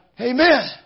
Amen